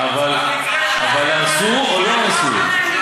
אבל הם הרסו או לא הרסו?